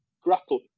grapple